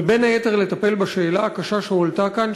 ובין היתר לטפל בשאלה הקשה שהועלתה כאן,